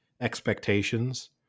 expectations